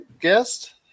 guest